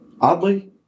oddly